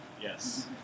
Yes